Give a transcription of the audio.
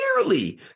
Clearly